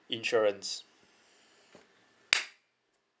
insurance